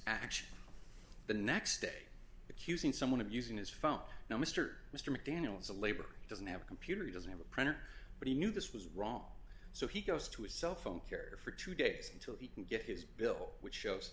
action the next day accusing someone of using his phone now mr mr mcdaniels the labor doesn't have a computer he doesn't have a printer but he knew this was wrong so he goes to his cell phone carrier for two days until he can get his bill which shows